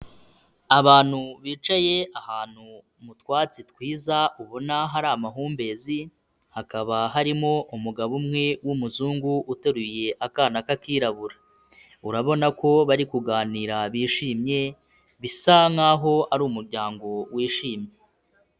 Abantu bicaye ahantu mu twatsi twiza ubona hari amahumbezi, hakaba harimo umugabo umwe w'umuzungu uteruye akana k'akirabura, urabona ko bari kuganira bishimye bisa nk'aho ari umuryango wishimye.